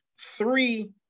three